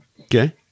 Okay